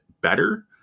better